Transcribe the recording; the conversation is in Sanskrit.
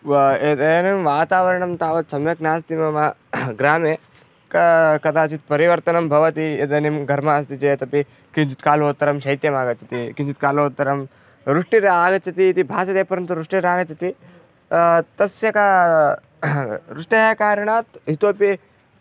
व इदानीं वातावरणं तावत् सम्यक् नास्ति मम ग्रामे क कदाचित् परिवर्तनं भवति इदानीं घर्मः अस्ति चेदपि किञ्चित् कालोत्तरं शैत्यमागच्छति किञ्चित् कालोत्तरं वृष्टिर् आगच्छति इति भासते परन्तु वृष्टिर्नागच्छति तस्य क वृष्टेः कारणात् इतोपि